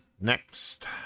next